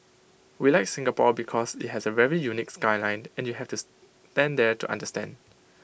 we like Singapore because IT has A very unique skyline and you have to stand there to understand